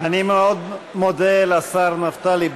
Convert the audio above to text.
אני מאוד מודה לשר נפתלי בנט.